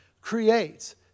creates